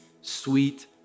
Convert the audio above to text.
sweet